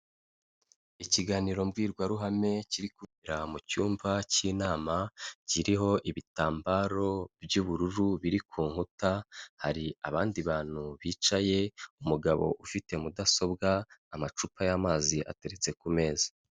Ikiganiro mbwirwaruhame kiri kubera mu cyumba cy'inama, kiriho ibitambaro by'ubururu biri ku nkuta, hari abandi bantu bicaye, umugabo ufite mudasobwa, amacupa y'amazi ateretse ku meza.